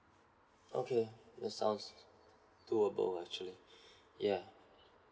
okay that's sounds doable actually ya